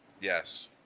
Yes